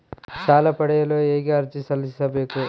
ಸಾಲ ಪಡೆಯಲು ಹೇಗೆ ಅರ್ಜಿ ಸಲ್ಲಿಸಬೇಕು?